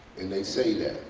and they say that.